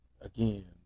again